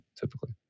typically